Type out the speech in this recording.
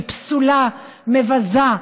שהיא פסולה ומבזה,